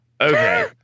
Okay